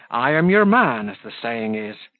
i am your man, as the saying is.